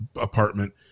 apartment